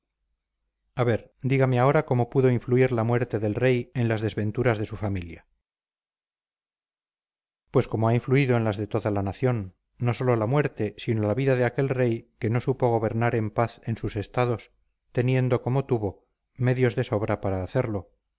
a ver dígame ahora cómo pudo influir la muerte del rey en las desventuras de su familia pues como ha influido en las de toda la nación no sólo la muerte sino la vida de aquel rey que no supo gobernar en paz en sus estados teniendo como tuvo medios de sobra para hacerlo